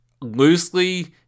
loosely